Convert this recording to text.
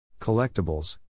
collectibles